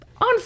on